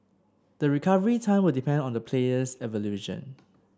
the recovery time will depend on the player's evolution